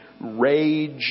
Rage